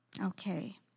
Okay